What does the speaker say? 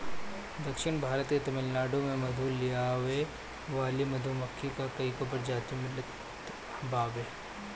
दक्षिण भारत के तमिलनाडु में मधु लियावे वाली मधुमक्खी के कईगो प्रजाति मिलत बावे